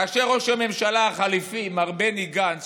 כאשר ראש הממשלה החליפי מר בני גנץ,